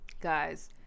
guys